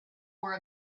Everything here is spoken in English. were